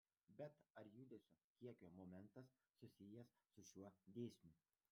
bet ar judesio kiekio momentas susijęs su šiuo dėsniu